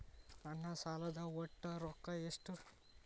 ನನ್ನ ಸಾಲದ ಒಟ್ಟ ರೊಕ್ಕ ಎಷ್ಟು?